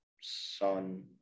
son